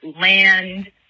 land